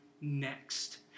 next